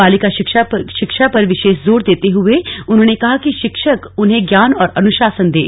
बालिका शिक्षा पर विशेष जोर देते हुए उन्होंने कहा कि शिक्षक उन्हें ज्ञान और अनुशासन दें